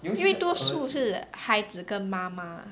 因为多数是孩子跟妈妈